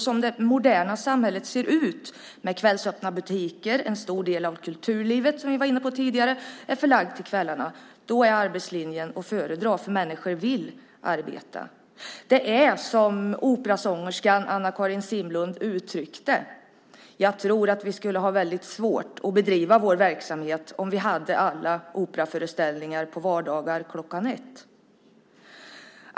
Som det moderna samhället ser ut med kvällsöppna butiker och en stor del av kulturlivet, som vi var inne på tidigare, förlagt till kvällarna är arbetslinjen att föredra. Människor vill arbeta. Som operasångerskan Anna-Karin Simlund uttryckte det: Jag tror att vi skulle ha väldigt svårt att bedriva vår verksamhet om vi hade alla operaföreställningar på vardagar klockan ett.